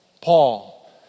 Paul